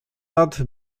nad